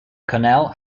connell